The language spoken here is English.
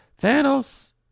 Thanos